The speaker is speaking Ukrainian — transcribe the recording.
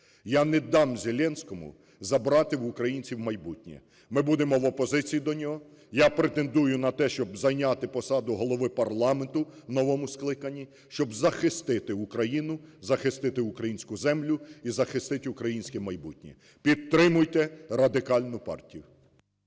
Я не дам Зеленському забрати в українців майбутнє. Ми будемо в опозиції до нього, я претендую на те, щоб зайняти посаду голови парламенту в новому скликанні, щоб захистити Україну, захистити українську землю і захистити українське майбутнє. Підтримуйте Радикальну партію!